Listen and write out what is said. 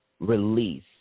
release